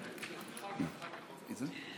כשנגמור את זה.